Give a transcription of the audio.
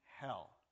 hell